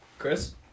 Chris